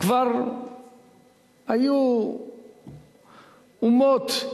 כבר היו אומות,